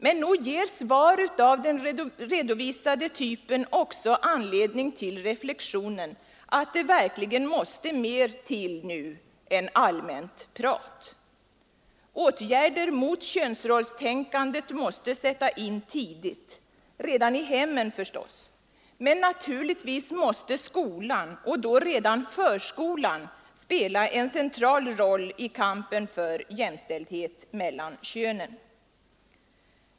Men nog ger svar av den redovisade typen anledning till reflexionen att det verkligen måste mer till nu än allmänt prat. Åtgärder mot könsrollstänkandet måste sättas in tidigt, givetvis redan i hemmen, men också skolan och då redan förskolan måste spela en central roll i kampen för jämställdhet mellan könen.